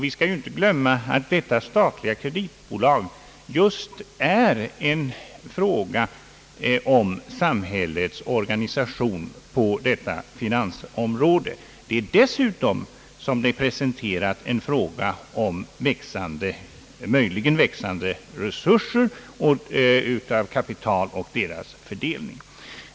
Vi skall inte glömma att det föreslagna statliga kreditbolaget just gäller en fråga om samhällets organisation på detta finansområde; dessutom gäller det, så som förslaget är presenterat, en fråga om möjligen växande resurser av kapital och dettas fördelning.